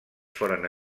foren